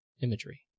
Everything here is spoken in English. imagery